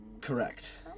Correct